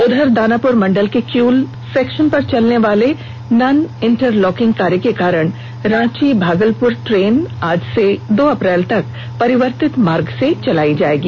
उधर दानापुर मंडल के क्यूल स्टेशन पर चलने वाले नन इंटरलॉकिंग कार्य के कारण रांची भागलपुर ट्रेन आज से दो अप्रेल तक परिवर्तित मार्ग से चलेगी